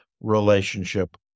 relationship